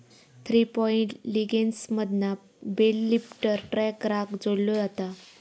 three point लिंकेजमधना bale lifter ट्रॅक्टराक जोडलो जाता